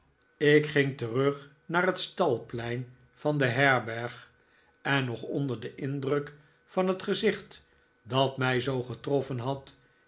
ik ging terug naar het stalplein van de herberg en nog onder den indruk van het gezicht dat mij zoo getroffen had